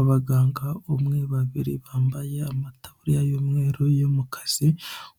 Abaganga umwe babiri bambaye amataburiya y'umweru yo mu kazi,